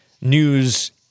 news